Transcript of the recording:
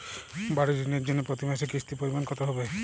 বাড়ীর ঋণের জন্য প্রতি মাসের কিস্তির পরিমাণ কত হবে?